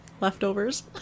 leftovers